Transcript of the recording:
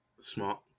Smart